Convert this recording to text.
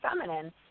feminine